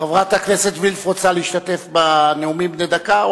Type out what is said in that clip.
חברת הכנסת וילף רוצה להשתתף בנאומים בני דקה,